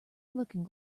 looking